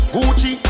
Gucci